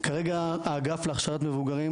כרגע האגף להכשרות מבוגרים,